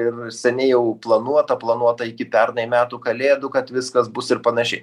ir seniai jau planuota planuota iki pernai metų kalėdų kad viskas bus ir panašiai